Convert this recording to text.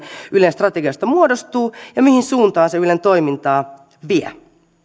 millainen ylen strategiasta muodostuu ja mihin suuntaan se ylen toimintaa vie